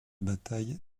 bataille